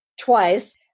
twice